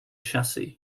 chassis